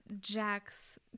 Jack's